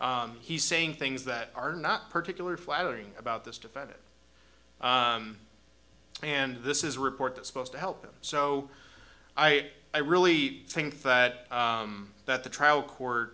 he's saying things that are not particularly flattering about this defendant and this is a report that's supposed to help him so i i really think that that the trial court